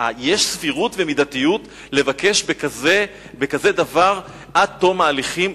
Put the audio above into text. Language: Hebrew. יש סבירות ומידתיות לבקש בכזה דבר עד תום ההליכים,